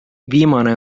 viimane